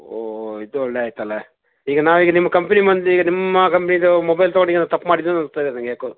ಹೋ ಇದು ಒಳ್ಳೆ ಆಯಿತಲ್ಲ ಈಗ ನಾವೀಗ ನಿಮ್ಮ ಕಂಪ್ನಿ ಮಂದಿ ಈಗ ನಿಮ್ಮ ಕಂಪ್ನಿದು ಮೊಬೈಲ್ ತೊಗೊಂಡು ಏನೋ ತಪ್ಪು ಮಾಡಿದ್ವಿ ಅನಿಸ್ತಿದೆ ನನಗ್ಯಾಕೋ